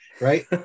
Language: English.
right